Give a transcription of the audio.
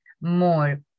more